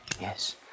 Yes